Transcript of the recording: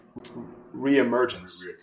reemergence